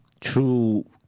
true